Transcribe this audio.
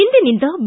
ಇಂದಿನಿಂದ ಬಿ